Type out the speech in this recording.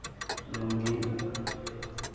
lungi